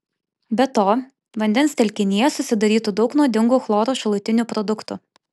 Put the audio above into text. be to vandens telkinyje susidarytų daug nuodingų chloro šalutinių produktų